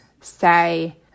say